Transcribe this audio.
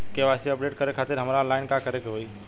KYC update करे खातिर हमरा ऑनलाइन का करे के होई?